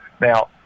Now